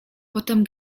potem